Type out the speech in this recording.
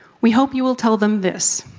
we hope you will tell them this.